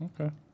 Okay